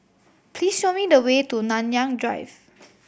please show me the way to Nanyang Drive